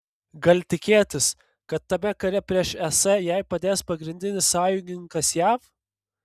gal tikėtis kad tame kare prieš es jai padės pagrindinis sąjungininkas jav